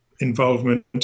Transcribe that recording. involvement